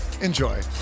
Enjoy